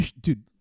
dude